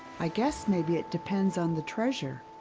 i guess maybe it depends on the treasure.